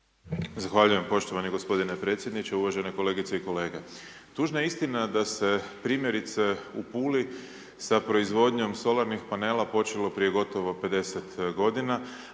Zahvaljujem poštovani gospodine predsjedniče, uvažene kolegice i kolege. Tužna je istina da se primjerice u Puli sa proizvodnjom solarnih panela počelo prije gotovo 50 godina,